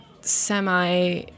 semi